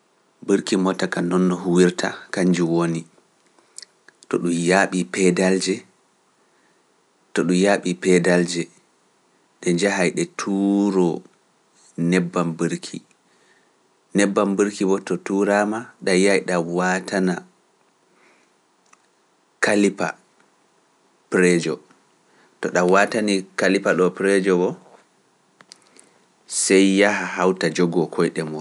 Burki mota kam non no huwirta, kanju woni, to ɗum yaaɓi peedalje, to ɗum yaaɓi peedalje, ɗe njahay ɗe waatani kalifaji pireejo, sey yaha hawta jogoo koyɗe mota dun e burek pad.